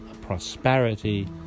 prosperity